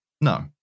No